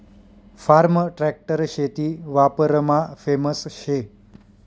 form tractor शेती वापरमा famous शे